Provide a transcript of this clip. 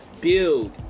build